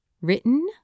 Written